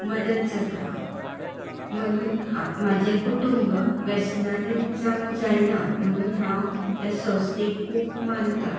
मदत जाता म्हणून म्हजें कुटूंब व्यसनादीन जावंक जायना म्हणून हांव ह्या संस्थेक खूब मानतां